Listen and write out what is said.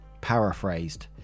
paraphrased